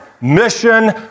Mission